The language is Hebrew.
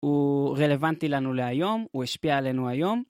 הוא רלוונטי לנו להיום, הוא השפיע עלינו היום.